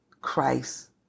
Christ